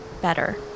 better